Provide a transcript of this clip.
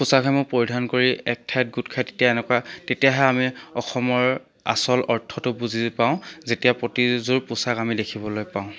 পোচাকসমূহ পৰিধান কৰি এক ঠাইত গোট খায় তেতিয়া এনেকুৱা তেতিয়াহে আমি অসমৰ আচল অৰ্থটো বুজি পাওঁ যেতিয়া প্ৰতিযোৰ পোচাক আমি দেখিবলৈ পাওঁ